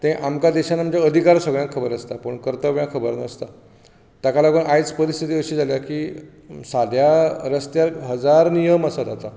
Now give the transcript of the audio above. तें आमकां देशांत आमचे अधिकार सगळ्यांक खबर आसता पूण कर्तव्यां खबर नासतात ताका लागून आयज परिस्थिती अशी जाल्या की साद्या रसत्यार हजार नियम आसात आतां